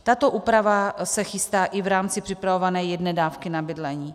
Tato úprava se chystá i v rámci připravované jedné dávky na bydlení.